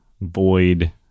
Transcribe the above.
void